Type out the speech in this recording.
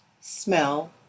smell